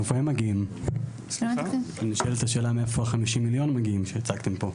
לא מתקציב 2024-2023. נשאלת השאלה מאיפה מגיעים ה-50 מיליון שהצגתם פה,